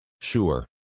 Sure